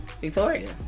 Victoria